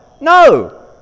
No